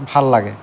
ভাল লাগে